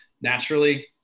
naturally